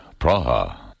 Praha